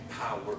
power